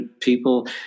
people